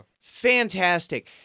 Fantastic